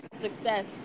success